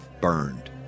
Burned